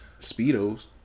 Speedos